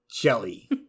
Jelly